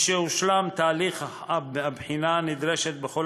משהושלם תהליך הבחינה הנדרשת בכל